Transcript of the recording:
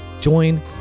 join